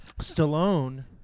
Stallone